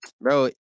bro